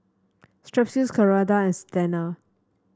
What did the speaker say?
Strepsils Ceradan and